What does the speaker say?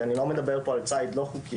אני לא מדבר פה על ציד לא חוקי,